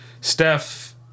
Steph